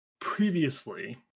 previously